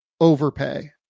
overpay